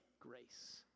Grace